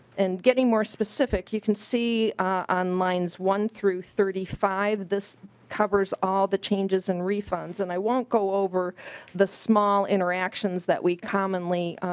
and getting more specific you can see line one through thirty five this covers all the changes and refunds. and i won't go over the small interactions that we commonly